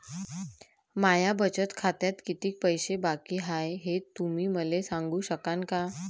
माया बचत खात्यात कितीक पैसे बाकी हाय, हे तुम्ही मले सांगू सकानं का?